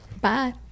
Bye